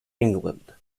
england